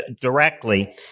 directly